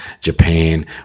japan